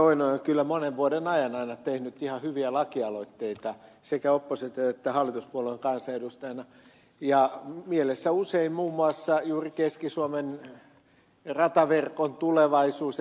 oinonen on kyllä monen vuoden ajan aina tehnyt ihan hyviä lakialoitteita sekä opposition että hallituspuoleen kansanedustajana ja mielessä usein muun muassa juuri keski suomen rataverkon tulevaisuus ja toiminta